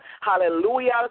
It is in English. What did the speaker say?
Hallelujah